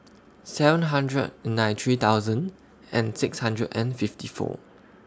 seven hundred ninety three thousand and six hundred and fifty four